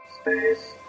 Space